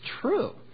true